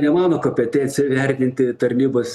ne mano kompetencija vertinti tarnybos